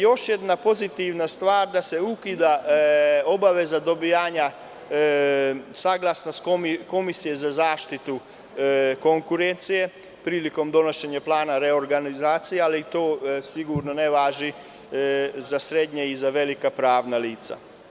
Još jedna pozitivna stvar, ukida se obaveza dobijanja saglasnost Komisije za zaštitu konkurencije prilikom donošenja plana reorganizacije, ali to sigurno ne važi za srednja i za velika pravna lica.